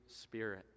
Spirit